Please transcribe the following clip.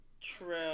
True